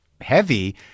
heavy